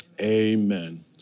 Amen